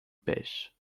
pêche